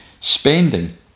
spending